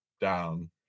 down